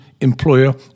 employer